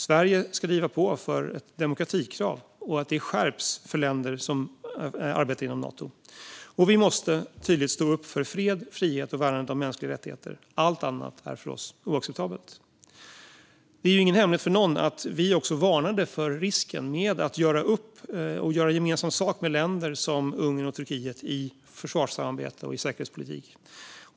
Sverige ska driva på för ett demokratikrav och att detta skärps för länder som arbetar inom Nato. Vi måste också tydligt stå upp för fred, frihet och värnandet av mänskliga rättigheter. Allt annat är för oss oacceptabelt. Det är ingen hemlighet för någon att vi också varnade för risken med att göra upp och göra gemensam sak med länder som Ungern och Turkiet i försvarssamarbeten och i säkerhetspolitik.